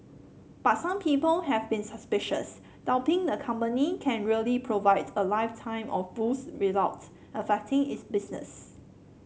but some people have been suspicious doubting the company can really provide a lifetime of booze without affecting its business